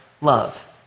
love